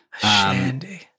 Shandy